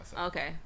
Okay